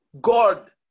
God